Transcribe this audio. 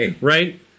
Right